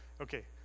Okay